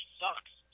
sucks